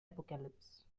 apocalypse